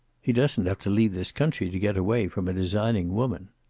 he doesn't have to leave this country to get away from a designing woman.